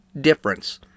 difference